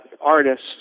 artists